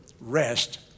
rest